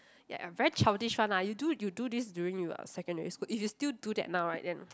ya very childish one lah you do you do this during your secondary school if you still do that now right then